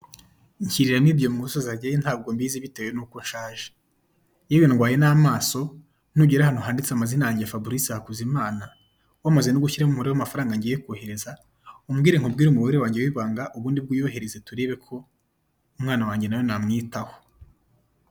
Aha Ni mu muhanda haparitsemo moto n'abantu babiri umwe wambaye kasike bigaragara ko ataye moto kuriyo moto hakaba hariho ikarito atwayemo ibicuruzwa yatumye n undi muntu uje kubyakira wambaye agapira k'umutuku n'agapfukamunwa k'umukara bahagaze mu muhanda